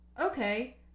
Okay